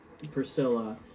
Priscilla